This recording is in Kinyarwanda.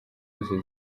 zose